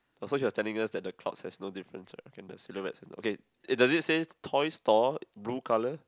also he was telling us that the clouds has no difference [right] and the silhouttes also okay does it say toy store blue colour